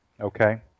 Okay